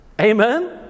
Amen